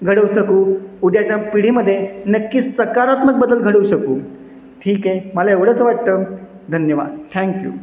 घडवू शकू उद्याच्या पिढीमध्ये नक्कीच सकारात्मक बदल घडवू शकू ठीक आहे मला एवढंच वाटतं धन्यवाद थँक यू